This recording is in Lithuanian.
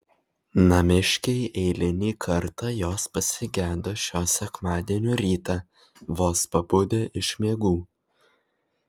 namiškiai eilinį kartą jos pasigedo šio sekmadienio rytą vos pabudę iš miegų